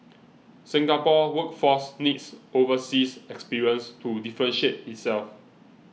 Singapore's workforce needs overseas experience to differentiate itself